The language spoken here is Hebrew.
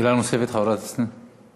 שאלה נוספת לחברת הכנסת רות קלדרון.